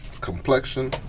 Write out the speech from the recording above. complexion